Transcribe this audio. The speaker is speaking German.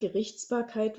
gerichtsbarkeit